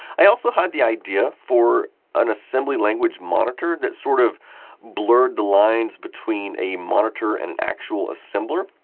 i also had the idea for an assembly language monitor that sort of blurred the lines between a monitor and an actual assembler.